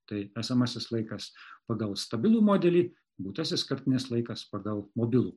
tai esamasis laikas pagal stabilų modelį būtasis kartinis laikas pagal mobilų